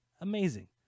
Amazing